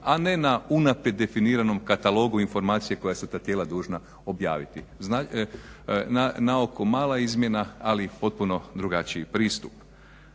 a ne na unaprijed definiranom katalogu informacija koja su ta tijela dužna objaviti. Na oko mala izmjena ali potpuno drugačiji pristup.